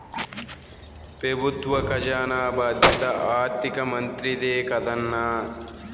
పెబుత్వ కజానా బాధ్యత ఆర్థిక మంత్రిదే కదన్నా